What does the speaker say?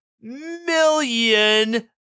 million